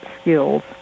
Skills